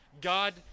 God